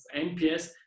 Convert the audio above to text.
NPS